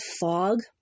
fog